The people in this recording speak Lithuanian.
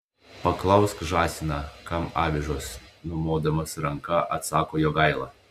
paklausk žąsiną kam avižos numodamas ranka atsako jogaila